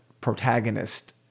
protagonist